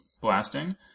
blasting